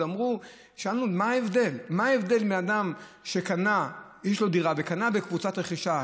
שאלנו מה ההבדל בין אדם שיש לו דירה וקנה בקבוצת רכישה,